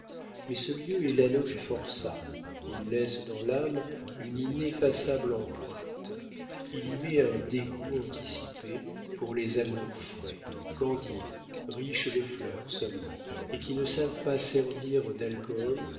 mais ce lien est l'anneau du forçat il laisse dans l'âme une ineffaçable empreinte il y met un dégoût anticipé pour les amours frais candides riches de fleurs seulement et qui ne savent pas servir d'alcohol